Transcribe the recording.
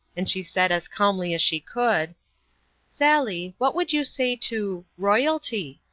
and she said, as calmly as she could sally, what would you say to royalty?